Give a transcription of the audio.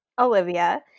Olivia